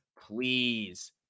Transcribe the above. please